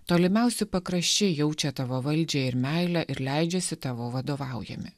tolimiausi pakraščiai jaučia tavo valdžią ir meilę ir leidžiasi tavo vadovaujami